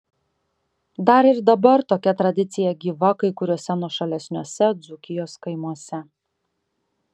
dar ir dabar tokia tradicija gyva kai kuriuose nuošalesniuose dzūkijos kaimuose